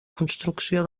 construcció